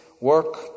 work